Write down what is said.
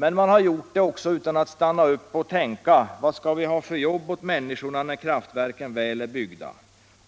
Men man har gjort det utan att hejda sig och tänka: Vad skall vi ha för jobb åt människorna när kraftverken väl är byggda?